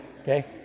okay